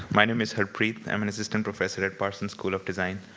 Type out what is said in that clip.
my name is harpreet. i'm an assistant professor at parson's school of design.